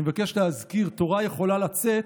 אני מבקש להזכיר: תורה יכולה לצאת